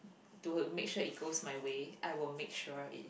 to make sure it goes my way I will make sure it